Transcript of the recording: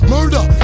Murder